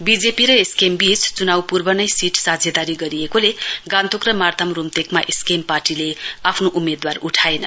BJP र SKM बीच चुनाउ पूर्व नै सीट साझैदारी गरिएकोले गान्तोक र मार्ताम रूम्तेकमा एसकेएम पार्टीले आफ्नो उम्मेद्वार उठाएन